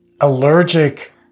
allergic